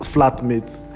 Flatmates